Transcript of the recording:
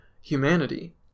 humanity